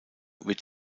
wird